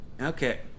Okay